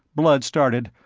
blood started,